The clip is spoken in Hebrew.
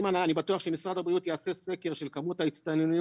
אני בטוח שאם משרד הבריאות יעשה סקר של כמות ההצטננויות,